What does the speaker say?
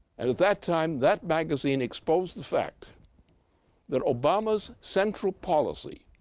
and at that time that magazine exposed the fact that obama's central policy,